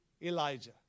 Elijah